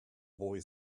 boy